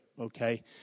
okay